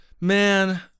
Man